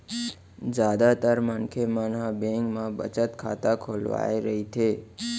जादातर मनखे मन ह बेंक म बचत खाता खोलवाए रहिथे